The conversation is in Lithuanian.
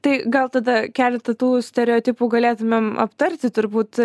tai gal tada keletą tų stereotipų galėtumėm aptarti turbūt